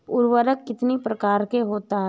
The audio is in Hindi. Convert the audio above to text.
उर्वरक कितनी प्रकार के होता हैं?